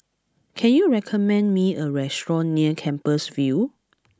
can you recommend me a restaurant near Compassvale